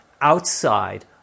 outside